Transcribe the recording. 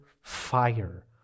fire